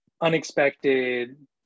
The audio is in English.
unexpected